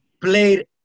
played